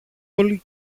όλοι